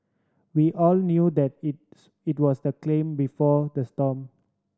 we all knew that it's it was the before the storm